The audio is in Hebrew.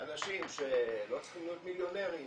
אנשים שלא צריכים להיות מיליונרים,